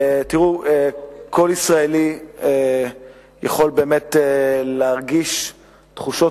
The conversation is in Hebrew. כל ישראלי יכול באמת להרגיש תחושות